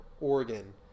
Oregon